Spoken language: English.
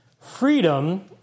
Freedom